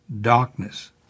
darkness